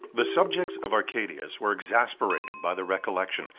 the subjects of arcadius were exasperated by the recollection,